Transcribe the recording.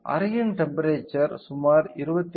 அறையின் டெம்ப்பெரேச்சர் சுமார் 28